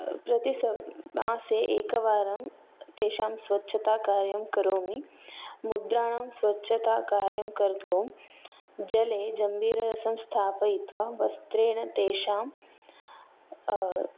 प्रतिस मासे एकवारं तेषां स्वच्छताकार्यं करोमि मुद्राणां स्वच्छताकार्यं कर्तुं जले जंबीररसं स्थापयित्वा वस्त्रेण तेषां